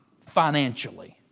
Financially